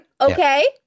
okay